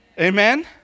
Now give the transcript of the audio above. Amen